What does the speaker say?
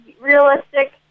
realistic